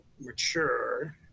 mature